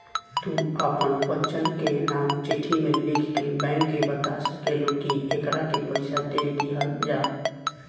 तू आपन बच्चन के नाम चिट्ठी मे लिख के बैंक के बाता सकेलू, कि एकरा के पइसा दे दिहल जाव